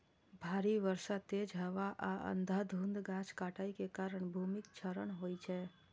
भारी बर्षा, तेज हवा आ अंधाधुंध गाछ काटै के कारण भूमिक क्षरण होइ छै